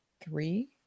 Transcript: three